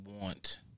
want